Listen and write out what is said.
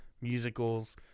musicals